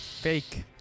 fake